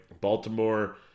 Baltimore